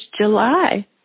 July